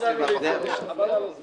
חבר'ה, תנו לנו להתקדם.